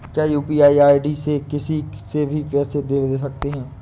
क्या UPI ID से किसी से भी पैसे ले दे सकते हैं?